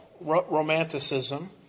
romanticism